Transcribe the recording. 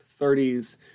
30s